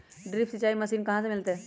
Drip सिंचाई machine कहाँ से मिलतै?